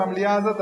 במליאה הזאת,